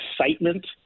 excitement